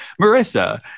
Marissa